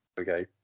okay